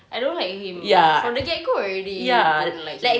I don't like him from the get go already I didn't like him